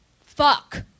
fuck